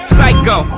Psycho